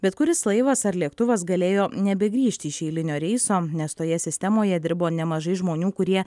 bet kuris laivas ar lėktuvas galėjo nebegrįžti iš eilinio reiso nes toje sistemoje dirbo nemažai žmonių kurie